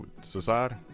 society